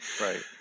Right